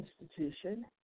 institution